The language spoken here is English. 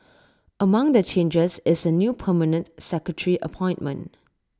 among the changes is A new permanent secretary appointment